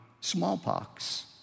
smallpox